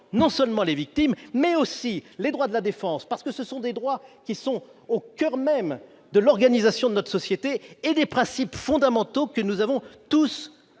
non seulement les victimes, mais aussi les droits de la défense, parce que ces droits sont au coeur même de l'organisation de notre société et des principes fondamentaux que nous avons tous